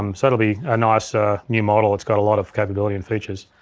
um so that'll be a nice ah new model. it's got a lot of capability and features.